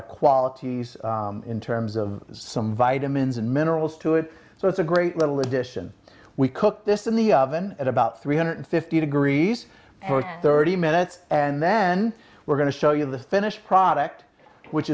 of qualities in terms of some vitamins and minerals to it so it's a great little addition we cook this in the oven at about three hundred fifty degrees or thirty minute and then we're going to show you the finished product which